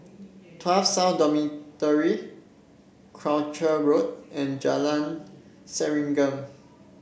Tuas South Dormitory Croucher Road and Jalan Serengam